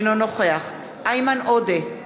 אינו נוכח איימן עודה,